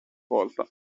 porta